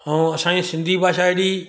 ऐं असांजी सिंधी भाषा हेॾी